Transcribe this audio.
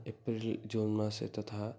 April June मासे तथा